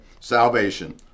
salvation